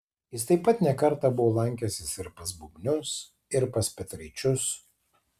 jis taip pat ne kartą buvo lankęsis ir pas bubnius ir pas petraičius